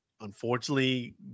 unfortunately